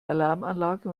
alarmanlage